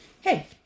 hey